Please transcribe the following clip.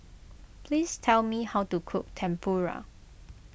please tell me how to cook Tempura